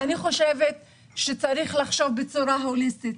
אני חושבת שצריך לחשוב בצורה הוליסטית,